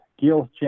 Gil